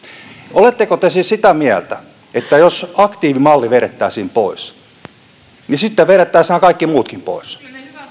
oletteko te siis sitä mieltä että jos aktiivimalli vedettäisiin pois sitten vedettäisiin nämä kaikki muutkin pois